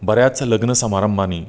बऱ्याच लग्न समारंभानी